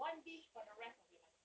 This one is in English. one dish for the rest of your life